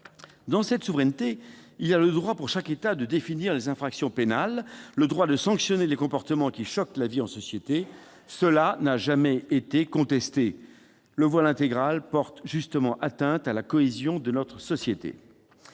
Dans cette souveraineté, il y a le droit pour chaque État de définir les infractions pénales, le droit de sanctionner les comportements qui choquent la vie en société. Cela n'a jamais été contesté. Le voile intégral porte justement atteinte à la cohésion de notre société.